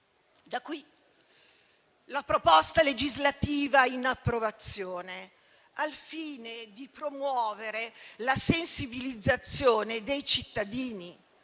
Da qui la proposta legislativa in approvazione, al fine di promuovere la sensibilizzazione dei cittadini